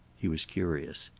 he was curious.